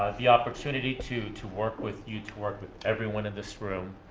ah the opportunity to to work with you, to work with everyone in this room,